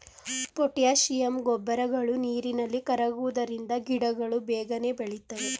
potassium ಗೊಬ್ಬರಗಳು ನೀರಿನಲ್ಲಿ ಕರಗುವುದರಿಂದ ಗಿಡಗಳು ಬೇಗನೆ ಬೆಳಿತವೆ